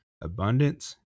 abundance